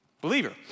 believer